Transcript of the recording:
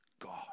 God